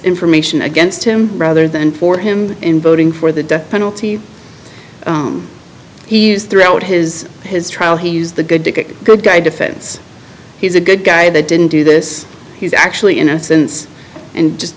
information against him rather than for him in voting for the death penalty he used throughout his his trial he used the good to good guy defense he's a good guy that didn't do this he's actually innocence and just